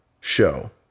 show